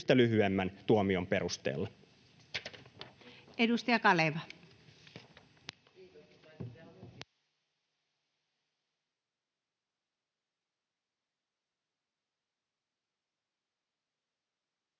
lyhyemmän tuomion perusteella.